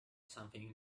something